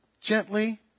gently